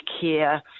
care